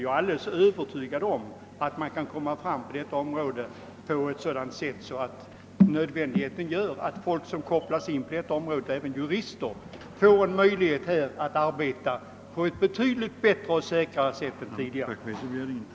Jag är övertygad om att det är nödvändigt att skapa ett sådant system att de som arbetar på detta område, även jurister, ges möjlighet att arbeta ännu säkrare än de tidigare kunnat göra.